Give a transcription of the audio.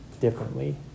differently